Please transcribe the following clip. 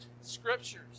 scriptures